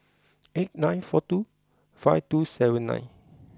eight nine four two five two seven nine